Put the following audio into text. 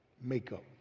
makeup